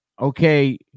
Okay